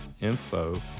info